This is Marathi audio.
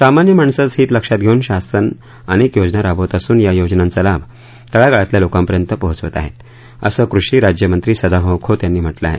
सामान्य माणसाचं हित लक्षात घेऊन शासन अनेक योजना राबवत असून या योजनांचा लाभ तळागाळातल्या लोकांपर्यंत पोहोचवत आहोत असं कृषी राज्यमंत्री सदाभाऊ खोत यांनी म्हटलं आहे